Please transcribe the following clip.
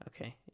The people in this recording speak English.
Okay